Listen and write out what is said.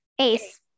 Ace